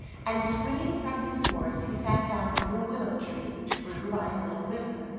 and, springing from his horse, he sat down under a willow tree which grew by a little river.